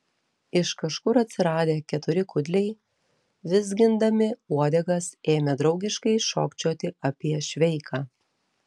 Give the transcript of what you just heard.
iš kažkur atsiradę keturi kudliai vizgindami uodegas ėmė draugiškai šokčioti apie šveiką